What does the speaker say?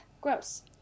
gross